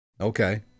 Okay